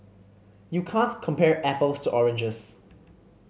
you can't compare apples to oranges